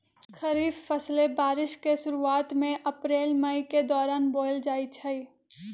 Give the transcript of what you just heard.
खरीफ फसलें बारिश के शुरूवात में अप्रैल मई के दौरान बोयल जाई छई